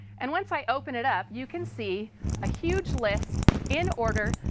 and once i open it up, you can see a huge list, in order,